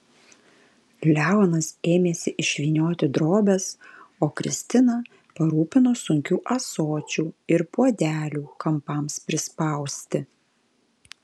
leonas ėmėsi išvynioti drobes o kristina parūpino sunkių ąsočių ir puodelių kampams prispausti